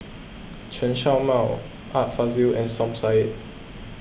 Chen Show Mao Art Fazil and Som Said